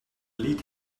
lead